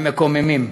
הם מקוממים,